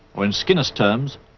or, in skinner's terms,